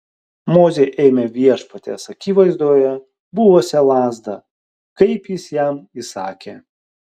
mozė ėmė viešpaties akivaizdoje buvusią lazdą kaip jis jam įsakė